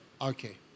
Okay